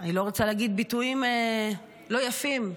אני לא רוצה להגיד ביטויים לא יפים,